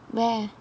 where